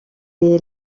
est